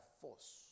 force